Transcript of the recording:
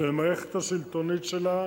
של המערכת השלטונית שלה,